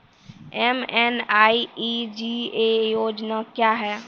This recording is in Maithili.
एम.एन.आर.ई.जी.ए योजना क्या हैं?